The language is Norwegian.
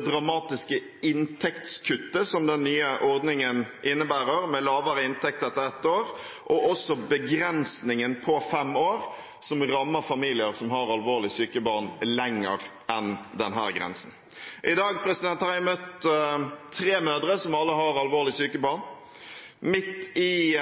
dramatiske inntektskuttet som den nye ordningen innebærer, med lavere inntekt etter ett år, og også begrensningen på fem år, som rammer familier som har alvorlig syke barn lenger enn denne grensen. I dag har jeg møtt tre mødre som alle har alvorlig syke barn. Midt i